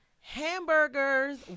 hamburgers